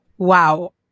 Wow